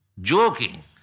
joking